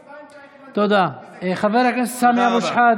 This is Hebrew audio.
עכשיו עצבנת את מנסור, כי זה כסף שמיועד לו.